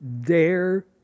dare